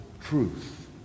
truth